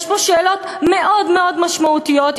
ויש פה שאלות מאוד מאוד משמעותיות,